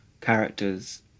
characters